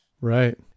Right